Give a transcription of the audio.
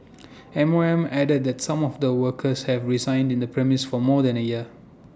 M O M added that some of the workers have resided in the premises for more than A year